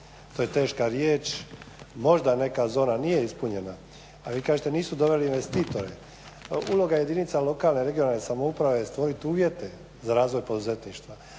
To je teška riječ, možda neka zona nije ispunjena, a vi kažete nisu doveli investitore. Uloga jedinica lokalne i regionalne samouprave je stvoriti uvjete za razvoj poduzetništva,